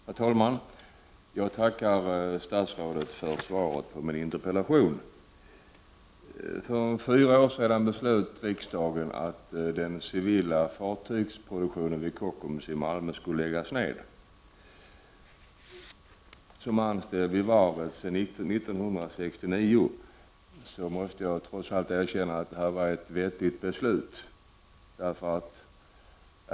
Herr talman! Jag tackar statsrådet för svaret på min interpellation. För fyra år sedan beslöt riksdagen att den civila fartygsproduktionen vid Kockums i Malmö skulle läggas ned. Som anställd vid varvet sedan 1969 måste jag trots allt erkänna att det var ett vettigt beslut.